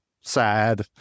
sad